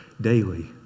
daily